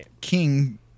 king